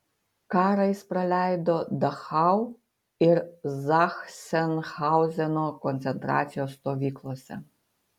karą jis praleido dachau ir zachsenhauzeno koncentracijos stovyklose